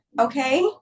okay